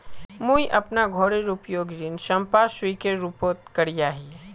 मुई अपना घोरेर उपयोग ऋण संपार्श्विकेर रुपोत करिया ही